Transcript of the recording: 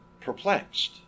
perplexed